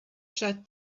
shut